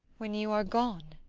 when you are gone?